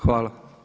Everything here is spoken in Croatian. Hvala.